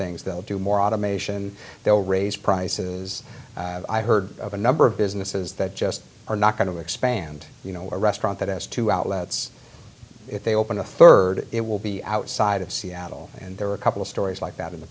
things they'll do more automation they'll raise prices i heard of a number of businesses that just are not going to expand you know a restaurant that has two outlets if they open a third it will be outside of seattle and there are a couple of stories like that in the